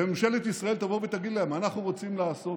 וממשלת ישראל תבוא ותגיד להם: אנחנו רוצים לעשות,